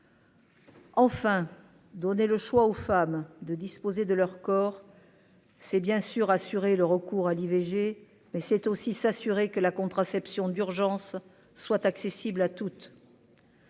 Enfin, donner le choix aux femmes de disposer de leur corps. C'est bien sûr assurer le recours à l'IVG, mais c'est aussi s'assurer que la contraception d'urgence soit accessible à toutes.